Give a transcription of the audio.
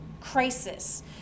crisis